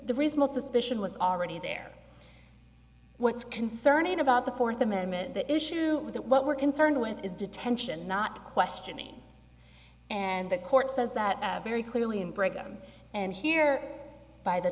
most suspicion was already there what's concerning about the fourth amendment the issue that what we're concerned with is detention not questioning and the court says that very clearly and break them and hear by the